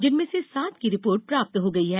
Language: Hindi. जिनमें से सात की रिपोर्ट प्राप्त हो गई है